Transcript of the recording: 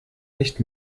nicht